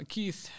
Keith